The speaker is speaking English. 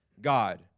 God